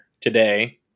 today